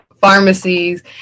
pharmacies